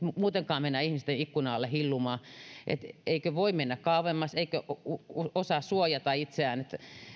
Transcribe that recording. muutenkaan mennä ihmisten ikkunan alle hillumaan eikö voi mennä kauemmas eikö osaa suojata itseään